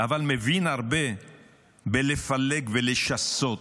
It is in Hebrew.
אבל מבין הרבה בלפלג ולשסות.